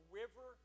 river